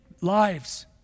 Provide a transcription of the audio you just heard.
lives